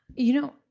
you know,